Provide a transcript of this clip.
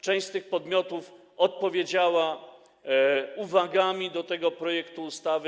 Część z tych podmiotów odpowiedziała uwagami do tego projektu ustawy.